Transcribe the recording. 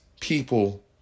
people